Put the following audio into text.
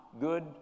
good